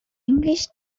english